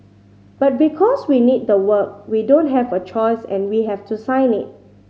but because we need the work we don't have a choice and we have to sign it